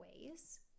ways